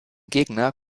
gegner